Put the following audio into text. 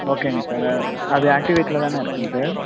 ஓகேங்க சார் அது ஆக்டிவேட்லதானே இருக்குதுங்க சார்